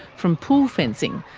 from pool fencing,